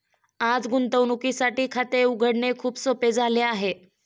आज गुंतवणुकीसाठी खाते उघडणे खूप सोपे झाले आहे